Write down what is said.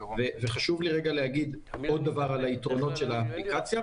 וחשוב לי רגע להגיד עוד על היתרונות של האפליקציה,